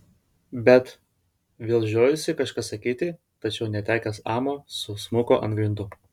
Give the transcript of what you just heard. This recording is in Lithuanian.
bet vėl žiojosi kažką sakyti tačiau netekęs amo susmuko ant grindų